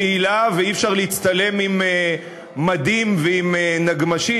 תהילה ואי-אפשר להצטלם עם מדים ועם נגמ"שים,